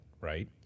right